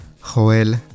Joel